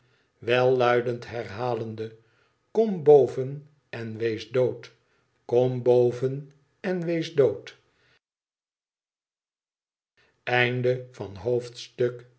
welluidend herhalende tkom boven en wees dood kom boven en wees dood